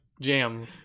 Jam